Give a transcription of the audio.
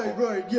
right. yeah,